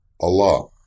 Allah